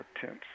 tents